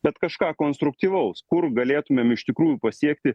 bet kažką konstruktyvaus kur galėtumėm iš tikrųjų pasiekti